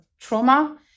trauma